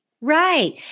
Right